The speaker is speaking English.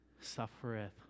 suffereth